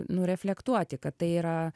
nu reflektuoti kad tai yra